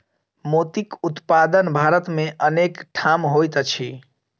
मोतीक उत्पादन भारत मे अनेक ठाम होइत अछि